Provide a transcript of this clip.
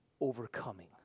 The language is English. overcoming